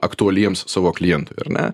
aktualiems savo klientui ar ne